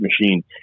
machine